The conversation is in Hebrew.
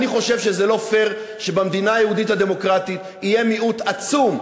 אני חושב שזה לא פייר שבמדינה היהודית הדמוקרטית יהיה מיעוט עצום,